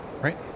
Right